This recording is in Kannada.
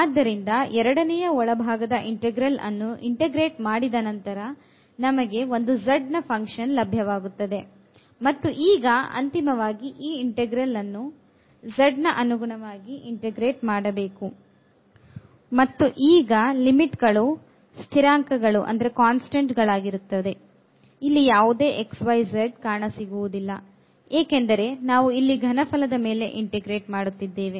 ಆದ್ದರಿಂದ ಎರಡನೆಯ ಒಳಭಾಗದ ಇಂಟೆಗ್ರಲ್ ಅನ್ನು integrate ಮಾಡಿದ ನಂತರ ನಮಗೆ ಒಂದು z ನ ಫಂಕ್ಷನ್ ಲಭ್ಯವಾಗುತ್ತದೆ ಮತ್ತು ಈಗ ಅಂತಿಮವಾಗಿ ಈ ಇಂಟೆಗ್ರಲ್ ಅನ್ನು z ನ ಅನುಗುಣವಾಗಿ integrate ಮಾಡಬೇಕು ಮತ್ತು ಈಗ ಲಿಮಿಟ್ ಗಳು ಸ್ಥಿರಾಂಕಗಳಾಗಿರುತ್ತದೆ ಇಲ್ಲಿ ಯಾವುದೇ xyz ಕಾಣಸಿಗುವುದಿಲ್ಲ ಏಕೆಂದರೆ ನಾವು ಇಲ್ಲಿ ಘನಫಲದ ಮೇಲೆ integrate ಮಾಡುತ್ತಿದ್ದೇವೆ